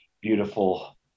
beautiful